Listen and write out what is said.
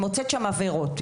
מוצאת שם עבירות,